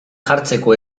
jartzeko